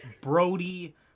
Brody